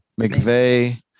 McVeigh